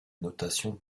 notation